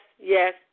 yes